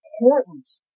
importance